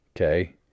Okay